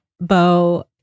Bo